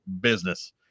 Business